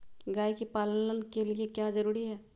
गाय के पालन के लिए क्या जरूरी है?